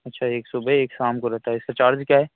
अच्छा एक सुबह एक शाम को रहता है इसका चार्ज क्या है